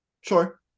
Sure